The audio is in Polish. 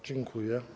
Dziękuję.